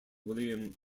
william